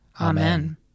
Amen